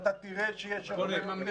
אתה תראה שיש --- ירקוני,